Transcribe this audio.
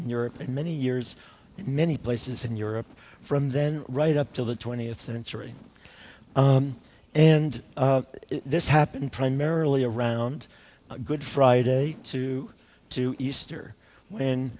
in europe and many years in many places in europe from then right up till the twentieth century and this happened primarily around good friday to two easter when